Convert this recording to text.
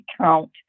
count